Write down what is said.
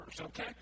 okay